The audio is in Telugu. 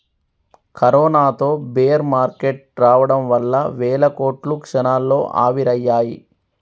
కరోనాతో బేర్ మార్కెట్ రావడం వల్ల వేల కోట్లు క్షణాల్లో ఆవిరయ్యాయి